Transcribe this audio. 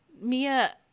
mia